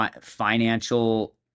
financial